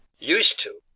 used to?